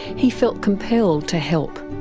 he felt compelled to help,